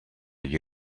gli